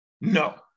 No